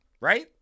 right